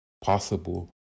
possible